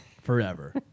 forever